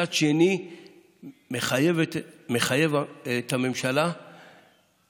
מצד שני זה מחייב את הממשלה לחשוב